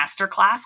masterclass